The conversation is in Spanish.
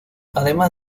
además